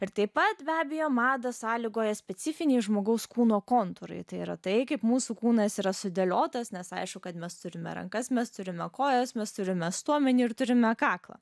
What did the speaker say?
ir taip pat be abejo madą sąlygoja specifiniai žmogaus kūno kontūrai tai yra tai kaip mūsų kūnas yra sudėliotas nes aišku kad mes turime rankas mes turime kojas mes turime stuomenį ir turime kaklą